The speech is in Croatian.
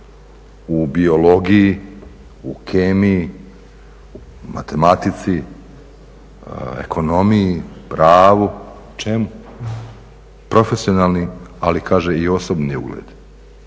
u biologiji, u kemiji, matematici, ekonomiji, pravu u čemu, profesionalni ali kaže i osobni ugled."